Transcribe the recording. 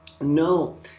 No